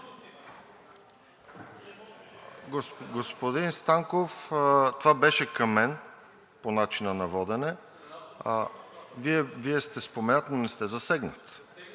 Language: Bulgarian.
Господин Станков, това беше към мен по начина на водене. Вие сте споменат, но не сте засегнат.